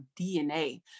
DNA